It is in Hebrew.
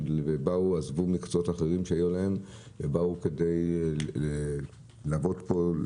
עזבו מקצועות אחרים שהיו להם ובאו כדי לעבוד פה,